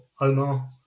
Omar